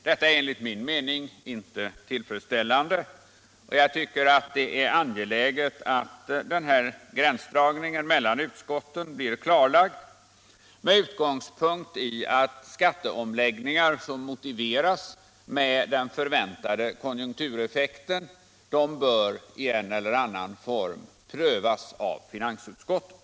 Detta är enligt min mening inte tillfredsställande, och det är angeläget att gränsdragningen klarläggs med utgångspunkt i att skatteomläggningar, som motiveras av den väntade konjunktureffekten, i en eller annan form bör prövas av finansutskottet.